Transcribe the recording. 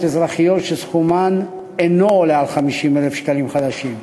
אזרחיות שסכומן אינו עולה על 50,000 שקלים חדשים.